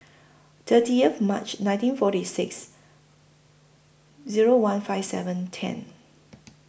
thirtieth March nineteen forty six Zero one five seven ten